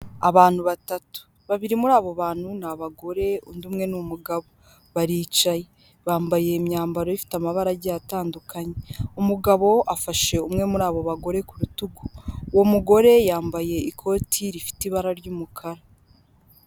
Abantu batatu babiri muri abo bantu ni abagore undi umwe n'umugabo, baricaye bambaye myambaro ifite amabarage atandukanye umugabo afashe umwe muri abo bagore ku bitugu, uwo mugore yambaye ikoti rifite ibara ry'umukara.